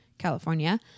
California